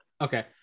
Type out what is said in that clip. Okay